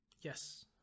yes